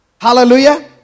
Hallelujah